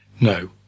No